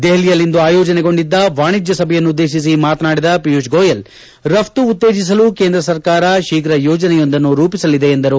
ದೆಹಲಿಯಲ್ಲಿಂದು ಆಯೋಜನೆಗೊಂಡಿದ್ದ ವಾಣಿಜ್ಯ ಸಭೆಯನ್ನು ಉದ್ದೇಶಿಸಿ ಮಾತನಾಡಿದ ಪಿಯೂಷ್ ಗೋಯಲ್ ರಘ್ತು ಉತ್ತೇಜಸಲು ಕೇಂದ್ರ ಸರ್ಕಾರ ಶೀಘ್ರ ಯೋಜನೆಯೊಂದನ್ನು ರೂಪಿಸಲಿದೆ ಎಂದರು